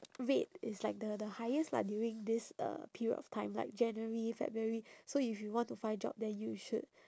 rate is like the the highest lah like during this uh period of time like january february so if you want to find job then you should